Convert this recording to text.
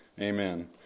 Amen